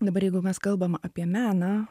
dabar jeigu mes kalbam apie meną